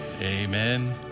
Amen